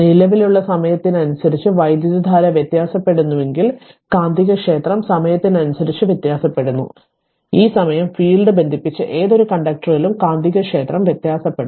നിലവിലുള്ള സമയത്തിനനുസരിച്ച് വൈദ്യുതധാര വ്യത്യാസപ്പെടുന്നുവെങ്കിൽ കാന്തികക്ഷേത്രം സമയത്തിനനുസരിച്ച് വ്യത്യാസപ്പെടുന്നു അതിനാൽ ഈ സമയം ഫീൽഡ് ബന്ധിപ്പിച്ച ഏതൊരു കണ്ടക്ടറിലും കാന്തികക്ഷേത്രം വ്യത്യാസപ്പെടുന്നു